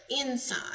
inside